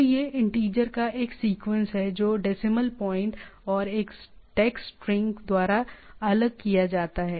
तो यह इंटीजर का एक सीक्वेंस है जो डेसिमल प्वाइंट और एक टेक्स्ट स्ट्रिंग द्वारा अलग किया जाता है